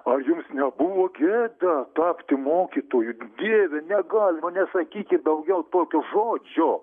ar jums nebuvo gėda tapti mokytoju dieve negalima nesakykit daugiau tokio žodžio